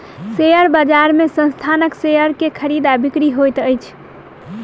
share बजार में संस्थानक शेयर के खरीद आ बिक्री होइत अछि